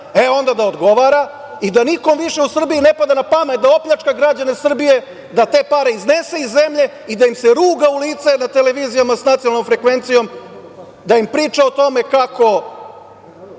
e, onda da odgovara i da nikom više u Srbiji ne padne na pamet da opljačka građane Srbije da te pare iznese iz zemlje i da im se ruga u lice na televizijama sa nacionalnom frekvencijom, da im priča o tome kako,